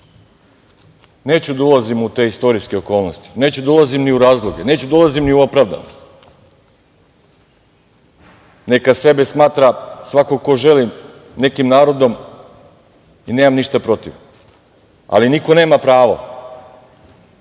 Neću da ulazim u te istorijske okolnosti, neću da ulazim ni u razloge, neću da ulazim ni u opravdanost. Neka sebe smatra svako ko želi nekim narodom i nemam ništa protiv. Ali, niko nema pravo